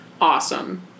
Awesome